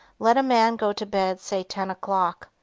let a man go to bed say ten o'clock.